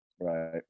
right